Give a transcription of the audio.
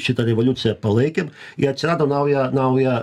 šitą revoliuciją palaikėm i atsirado nauja nauja